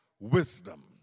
Wisdom